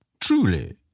truly